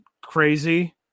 crazy